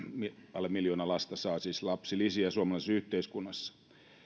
alle miljoona lasta saa siis lapsilisiä suomalaisessa yhteiskunnassa